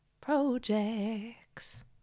projects